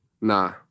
nah